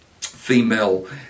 female